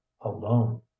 alone